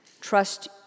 Trust